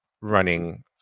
running